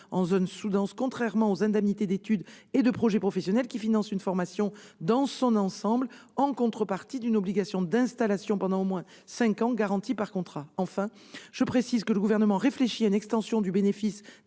en zone sous-dense, contrairement aux indemnités d'étude et de projet professionnel, qui financent une formation dans son ensemble en contrepartie d'une obligation d'installation pendant au moins cinq ans, garantie par contrat. Enfin, je précise que le Gouvernement réfléchit à une extension du bénéfice